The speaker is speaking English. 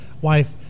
wife